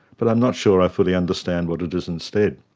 but i'm not sure i fully understand what it is instead.